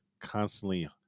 constantly